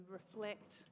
reflect